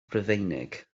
rufeinig